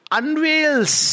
unveils